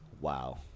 wow